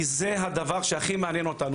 כי זה הדבר שהכי מעניין אותנו.